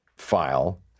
file